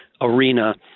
arena